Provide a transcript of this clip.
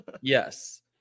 Yes